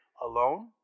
alone